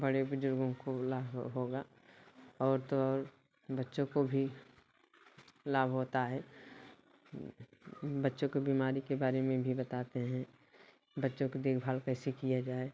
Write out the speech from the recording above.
बड़े बुजुर्गों को लाभ होगा और तो और बच्चों को भी लाभ होता है बच्चों को बीमारी के बारे में भी बताते हैं बच्चों की देखभाल कैसे किया जाए